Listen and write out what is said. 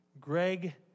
Greg